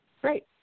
great